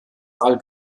all